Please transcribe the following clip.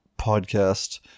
podcast